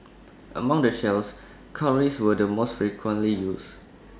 among the shells cowries were the most frequently used